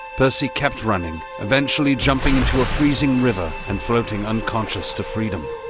percy kept running, eventually jumping into a freezing river and floating unconscious to freedom.